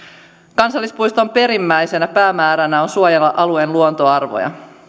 kansallispuiston perimmäisenä päämääränä on suojella alueen luontoarvoja